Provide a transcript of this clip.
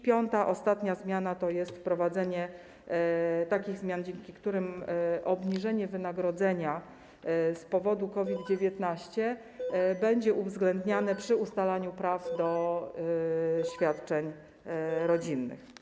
Piąta, ostatnia zmiana to jest wprowadzenie takich zmian, dzięki którym obniżenie wynagrodzenia z powodu COVID-19 będzie uwzględniane przy ustalaniu praw do świadczeń rodzinnych.